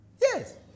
Yes